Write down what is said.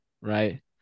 right